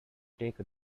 take